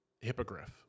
hippogriff